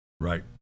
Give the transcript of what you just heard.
right